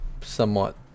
somewhat